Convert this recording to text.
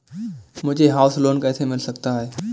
मुझे house loan कैसे मिल सकता है?